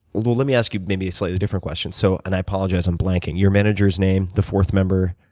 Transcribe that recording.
let me ask you maybe a slightly different question, so and i apologize, i'm blanking. your manager's name, the fourth member?